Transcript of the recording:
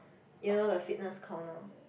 you know the fitness corner